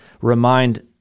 remind